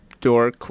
door